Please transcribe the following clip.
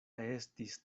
estis